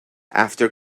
after